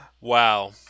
Wow